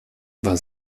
war